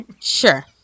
sure